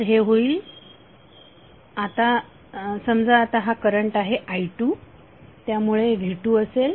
तर हे होईल समजा आता हा करंट आहे i2 त्यामुळे V2 हा i2R असेल